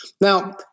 Now